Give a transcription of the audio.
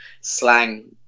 Slang